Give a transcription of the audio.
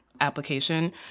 application